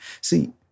See